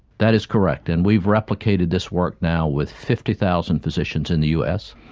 that is correct, and we've replicated this work now with fifty thousand physicians in the us,